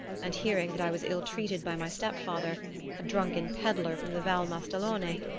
and hearing that i was ill-treated by my step-father a drunken pedlar from the val mastellone,